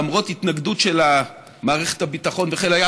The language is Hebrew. למרות התנגדות של מערכת הביטחון וחיל הים,